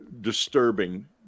disturbing